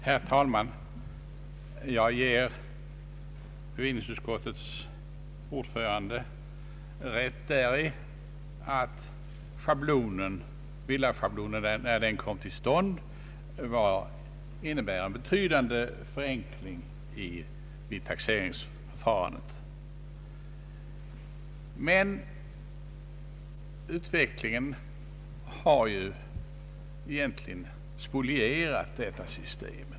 Herr talman! Jag ger bevillningsutskottets ordförande rätt däri att när villaschablonen kom till stånd innebar den en betydande förenkling vid taxeringsförfarandet. Men utvecklingen har egentligen spolierat detta system.